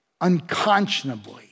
unconscionably